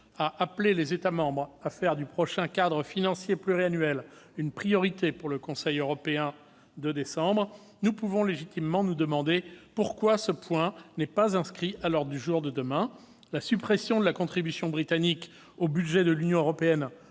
a appelé les États membres à faire du prochain cadre financier pluriannuel une priorité pour le Conseil européen de décembre, nous pouvons légitimement nous demander pourquoi ce point n'est pas inscrit à l'ordre du jour de demain. La suppression de la contribution britannique au budget de l'Union européenne,